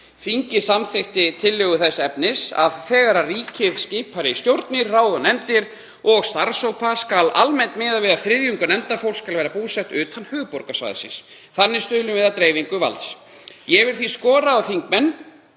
Þingið samþykkti tillögu þess efnis að þegar ríkið skipar í stjórnir, ráð og nefndir og starfshópa skal almennt miða við að þriðjungur nefndarfólks skuli vera búsett utan höfuðborgarsvæðisins. Þannig stuðlum við að dreifingu valds. Ég vil því skora á þingmenn